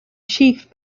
chief